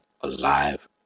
alive